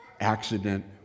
accident